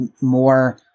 more